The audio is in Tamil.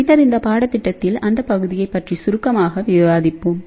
பின்னர் இந்த பாடத்திட்டத்தில் அந்த பகுதியைப் பற்றி சுருக்கமாக விவாதிப்போம்